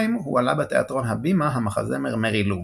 הועלה בתיאטרון "הבימה" המחזמר "מרי לו",